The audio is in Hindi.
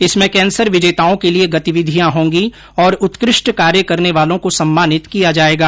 इसमें कैंसर विजेताओं के लिये गतिविधिया होंगी और उत्कृष्ट कार्य करने वालों को सम्मानित किया जायेगा